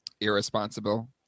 Irresponsible